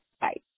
Bye